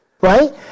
right